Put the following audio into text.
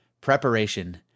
Preparation